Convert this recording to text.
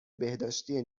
بهداشتی